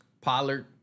Pollard